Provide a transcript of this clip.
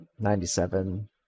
97